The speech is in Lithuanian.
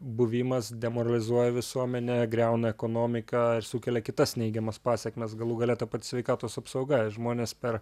buvimas demoralizuoja visuomenę griauna ekonomiką ir sukelia kitas neigiamas pasekmes galų gale ta pati sveikatos apsauga ir žmonės per